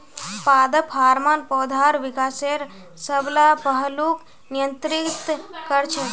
पादप हार्मोन पौधार विकासेर सब ला पहलूक नियंत्रित कर छेक